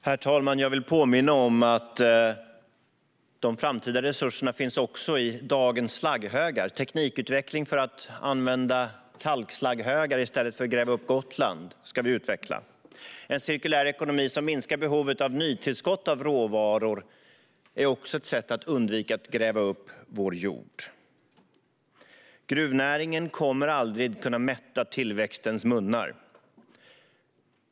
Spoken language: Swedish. Herr talman! Jag vill påminna om att de framtida resurserna också finns i dagens slagghögar. Vi ska utveckla teknik för att använda kalkslagghögar i stället för att gräva upp Gotland. En cirkulär ekonomi som minskar behovet av nytillskott av råvaror är också ett sätt att undvika att gräva upp vår jord. Gruvnäringen kommer aldrig att kunna mätta tillväxtens munnar.